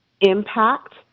impact